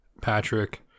Patrick